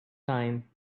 time